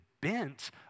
bent